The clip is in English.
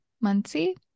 Muncie